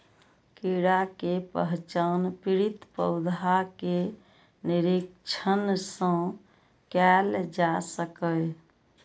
कीड़ा के पहचान पीड़ित पौधा के निरीक्षण सं कैल जा सकैए